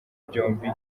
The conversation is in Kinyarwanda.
byombi